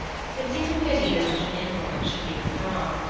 it seemed a pity that such an influence should be withdrawn,